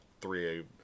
three